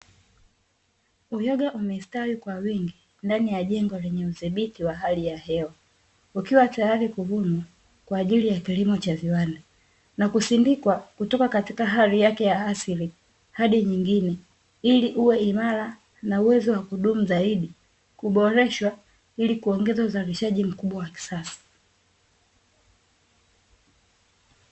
Uyoga umestawi kwa wingi ndani ya jengo lenye udhibiti wa hali ya hewa, ukiwa tayari kuvunwa kwa ajili ya kilimo cha viwanda, na kusindikwa kutoka katika hali yake ya asili hadi nyingine ili uwe imara na uwezo wa kudumu zaidi, kuboreshwa kwa ili kuongeza uzalishaji mkubwa wa kisasa.